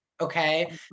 okay